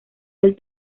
del